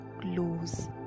close